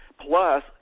plus